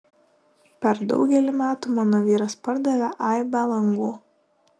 per daugelį metų mano vyras pardavė aibę langų